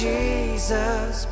Jesus